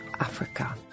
Africa